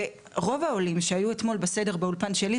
ורוב העולים שהיו אתמול בסדר באולפן שלי,